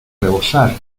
rebosar